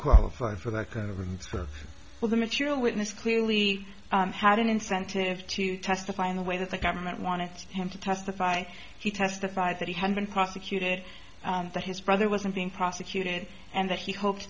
qualify for that kind of unfair for the material witness clearly had an incentive to testify in the way that the government wanted him to testify he testified that he had been prosecuted that his brother wasn't being prosecuted and that he hoped